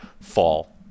fall